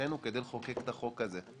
מבחינתנו כדי לחוקק את החוק הזה.